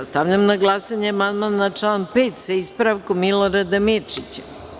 Stavljam na glasanje amandman na član 5, sa ispravkom, Milorada Mirčića.